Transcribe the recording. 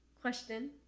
question